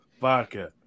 Vodka